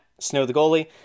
SnowTheGoalie